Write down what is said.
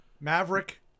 Maverick